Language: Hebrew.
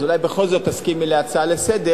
אז אולי בכל זאת תסכימי להפוך את זה להצעה לסדר-היום,